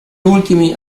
ultimi